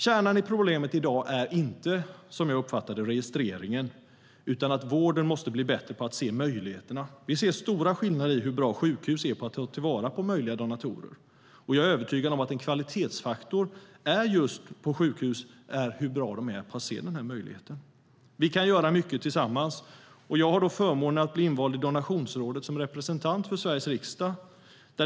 Kärnan i problemet i dag är inte, som jag uppfattar det, registreringen, utan att vården måste blir bättre på att se möjligheterna. Vi ser stora skillnader i hur bra sjukhus är på att ta till vara möjliga donatorer. Jag är övertygad om att en kvalitetsfaktor på sjukhus är hur bra de är på att se den här möjligheten. Vi kan göra mycket tillsammans. Jag har haft förmånen att bli invald i Donationsrådet som representant för Sveriges riksdag.